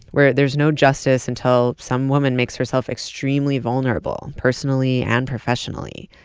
where there's no justice until some woman makes herself extremely vulnerable, personally and professionally.